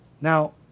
Now